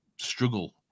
struggle